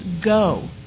go